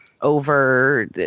over